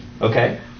Okay